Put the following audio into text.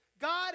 God